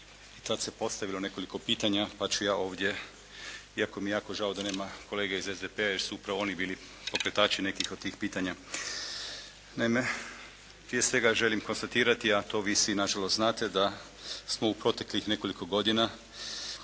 i tad se postavilo nekoliko pitanja, pa ću ja ovdje iako mi je jako žao da nema kolege iz SDP-a jer su upravo oni bili pokretači nekih od tih pitanja. Naime, prije svega želim konstatirati, a to vi svi na žalost znate da smo u proteklih nekoliko godina